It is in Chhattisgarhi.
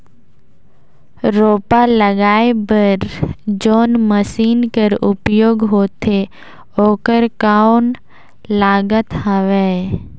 रोपा लगाय बर जोन मशीन कर उपयोग होथे ओकर कौन लागत हवय?